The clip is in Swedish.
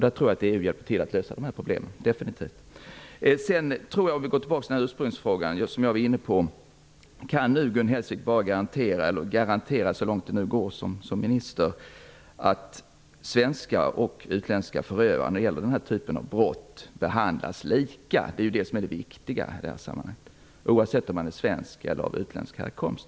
Där tror jag definitivt att EU hjälper till att lösa problemen. Kan Gun Hellsvik som minister garantera, så långt det nu går, att svenska och utländska förövare av den här typen av brott behandlas lika? Detta är det viktiga i sammanhanget, oavsett om man är av svensk eller utländsk härkomst.